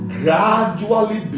gradually